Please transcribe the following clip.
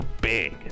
big